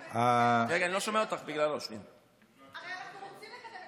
הרי אנחנו רוצים לקדם את זה,